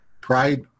Pride